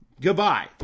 goodbye